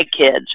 kids